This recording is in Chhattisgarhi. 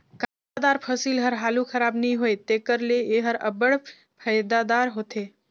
कांदादार फसिल हर हालु खराब नी होए तेकर ले एहर अब्बड़ फएदादार होथे